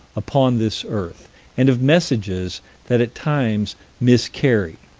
upon this earth and of messages that at times miscarry.